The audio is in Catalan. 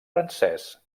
francès